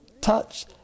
touch